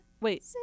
Wait